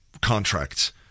Contracts